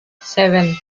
seven